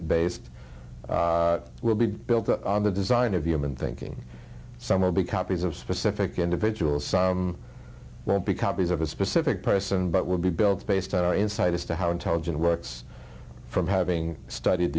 based will be built on the design of human thinking some or be copies of specific individuals some won't be copies of a specific person but will be built based on our insight as to how intelligent works from having studied